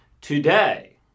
today